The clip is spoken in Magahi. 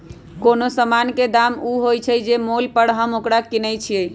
कोनो समान के दाम ऊ होइ छइ जे मोल पर हम ओकरा किनइ छियइ